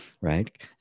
right